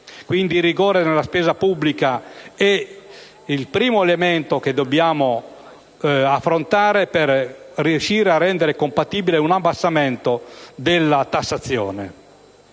Il rigore nella spesa pubblica è quindi il primo elemento che dobbiamo affrontare per riuscire a rendere compatibile una riduzione della tassazione.